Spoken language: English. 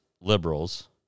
liberals